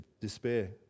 despair